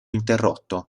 interrotto